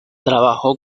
trabajó